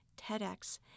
TEDx